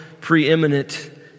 preeminent